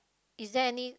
is there any